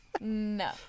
no